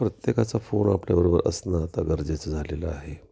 प्रत्येकाचा फोन आपल्याबरोबर असणं आता गरजेचं झालेलं आहे